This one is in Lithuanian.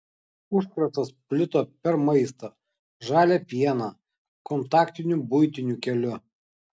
užkratas plito per maistą žalią pieną kontaktiniu buitiniu keliu